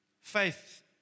faith